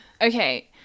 Okay